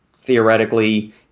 theoretically